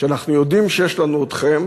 שאנחנו יודעים שיש לנו, אתכם